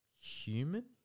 human